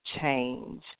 change